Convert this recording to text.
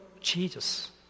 Jesus